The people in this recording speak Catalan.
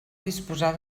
disposar